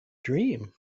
dream